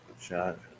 shot